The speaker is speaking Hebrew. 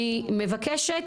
אני מבקשת,